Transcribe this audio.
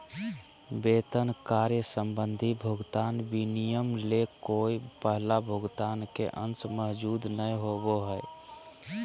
वेतन कार्य संबंधी भुगतान विनिमय ले कोय पहला भुगतान के अंश मौजूद नय हइ